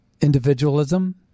individualism